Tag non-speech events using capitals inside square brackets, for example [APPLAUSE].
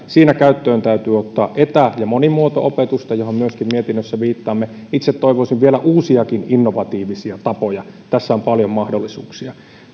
[UNINTELLIGIBLE] siinä käyttöön täytyy ottaa etä ja monimuoto opetusta johon myöskin mietinnössä viittaamme itse toivoisin vielä uusiakin innovatiivisia tapoja tässä on paljon mahdollisuuksia